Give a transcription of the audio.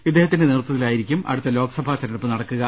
ഇദ്ദേഹത്തിന്റെ നേതൃത്വത്തിലായിരിക്കും അടുത്ത ലോക്സഭാ തെരഞ്ഞെടുപ്പ് നടക്കുക